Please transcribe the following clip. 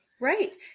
Right